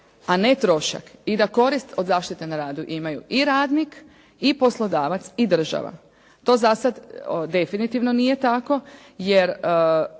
a ne trošak i da korist od zaštite na radu imaju i radnik i poslodavac i država. To za sad definitivno nije tako, jer